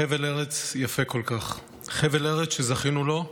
חבל ארץ יפה כל כך, חבל ארץ שזכינו לו,